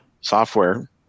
software